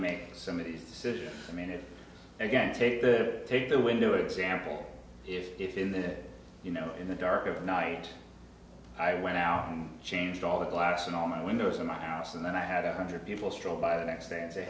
make some of these decisions i mean if again take the take the window example if in the you know in the dark of night i went out and changed all the glass in all my windows in my house and then i had a hundred people stroll by the next day and say